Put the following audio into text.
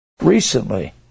recently